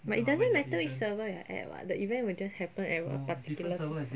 but it doesn't matter which server you're at what the event will just happen at a particular